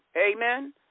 Amen